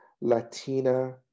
Latina